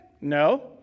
No